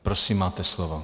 Prosím, máte slovo.